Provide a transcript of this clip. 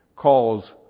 calls